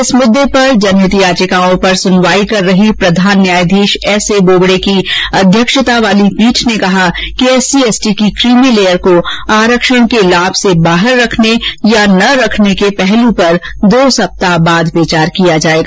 इस मुद्दे पर जनहित याचिकाओं पर सुनवाई कर रही प्रधान न्यायाधीश एस ए बोबडे की अध्यक्षता वाली पीठ ने कहा कि एससी एसटी की कीमी लेयर को आरक्षण के लाभ से बाहर रखने या न रखने के पहलू पर दो सप्ताह बाद विचार किया जाएगा